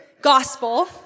gospel